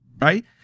right